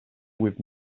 with